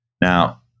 Now